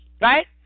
right